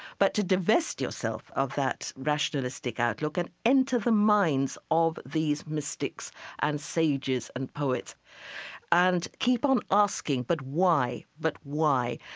but to divest yourself of that rationalistic outlook and enter the minds of these mystics and sages and poets and keep on asking, but why? but why?